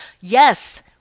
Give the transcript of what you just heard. Yes